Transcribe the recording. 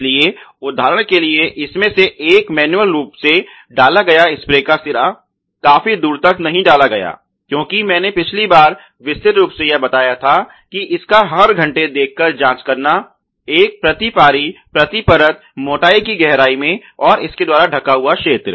इसलिए उदाहरण के लिए इनमें से एक मैन्युअल रूप से डाला गया स्प्रे का सिरा काफी दूर तक नहीं डाला गया क्योंकि मैंने पिछली बार विस्तृत रूप से यह बताया था कि इसका हर घंटे देखकर जांच करना एक प्रति पारी प्रति परत मोटाई कि गहराई मीटर में और इसके द्वारा ढका हुआ क्षेत्र